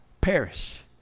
perish